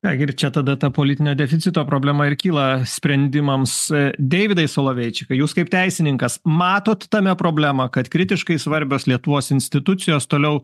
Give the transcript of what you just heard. negi ir čia tada ta politinio deficito problema ir kyla sprendimams e deividai soloveičikai jūs kaip teisininkas matot tame problemą kad kritiškai svarbios lietuvos institucijos toliau